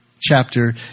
Chapter